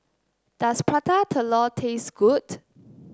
does Prata Telur taste good